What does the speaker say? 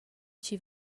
chi